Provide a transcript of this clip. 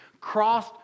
Cross